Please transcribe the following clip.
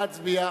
נא להצביע.